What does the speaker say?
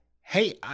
hey